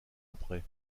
après